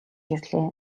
ирлээ